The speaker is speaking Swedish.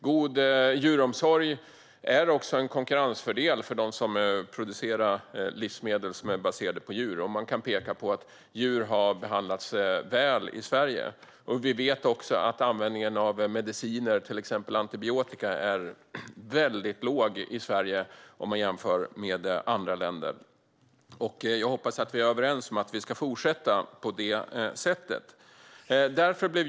God djuromsorg är också en konkurrensfördel för dem som producerar livsmedel som är baserade på djur om man kan peka på att djur har behandlats väl i Sverige. Vi vet också att användningen av mediciner, till exempel antibiotika, är väldigt låg i Sverige jämfört med andra länder. Jag hoppas att vi är överens om att vi ska fortsätta på detta sätt.